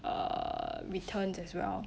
uh returns as well